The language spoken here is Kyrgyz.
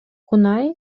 кунай